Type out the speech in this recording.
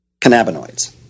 cannabinoids